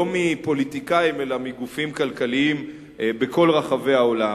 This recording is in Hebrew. מפוליטיקאים אלא מגופים כלכליים בכל רחבי העולם.